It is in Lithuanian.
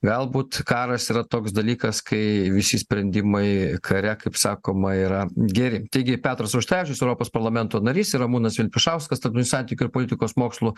galbūt karas yra toks dalykas kai visi sprendimai kare kaip sakoma yra geri taigi petras auštrevičius europos parlamento narys ir ramūnas vilpišauskas tarptautinių santykių ir politikos mokslų